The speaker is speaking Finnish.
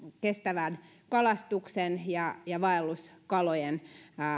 kestävän kalastuksen ja ja vaelluskalojen